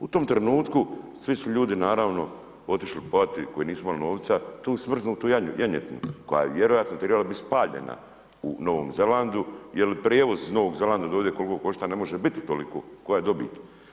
U tome trenutku, svi su ljudi naravno otišli kupovati, koji nisu imali novca, tu smrznutu janjetinu, koja je vjerojatno trebala biti spaljena u Novom Zelandu, jer prijevoz od Novog Zelanda, koliko košta ne može biti toliko, koja je dobit.